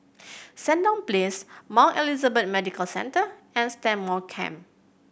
Sandown Place Mount Elizabeth Medical Centre and Stagmont Camp